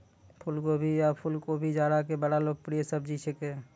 फुलगोभी या फुलकोबी जाड़ा के बड़ा लोकप्रिय सब्जी छेकै